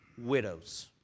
widows